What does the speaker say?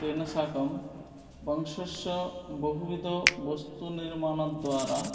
तेन साकं वंशस्य बहुविध वस्तु निर्माणद्वारा